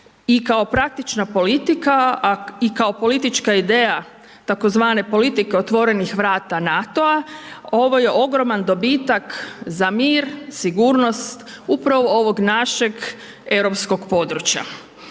i kao praktična politika i kao politička ideja tzv. politike otvorenih vrata NATO-a, ovo je ogroman dobitak za mir, sigurnost, upravo ovog našeg europskog područja.